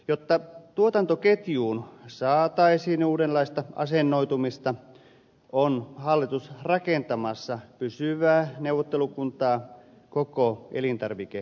jotta tuotantoketjuun saataisiin uudenlaista asennoitumista on hallitus rakentamassa pysyvää neuvottelukuntaa koko elintarvikeketjuun